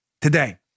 today